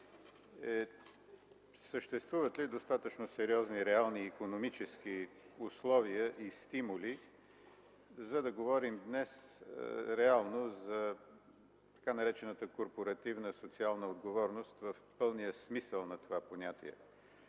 съществуват ли достатъчно реални икономически условия и стимули, за да говорим днес за така наречената корпоративна социална отговорност в пълния смисъл на това понятие?